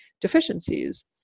deficiencies